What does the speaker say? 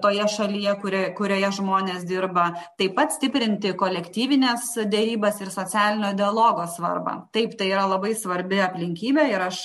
toje šalyje kurioj kurioje žmonės dirba taip pat stiprinti kolektyvines derybas ir socialinio dialogo svarbą taip tai yra labai svarbi aplinkybė ir aš